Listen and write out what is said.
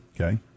Okay